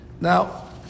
Now